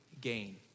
gain